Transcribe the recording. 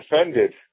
offended